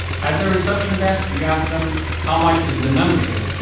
at the reception desk, you ask them how much is the membership,